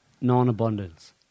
non-abundance